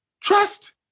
trust